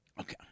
Okay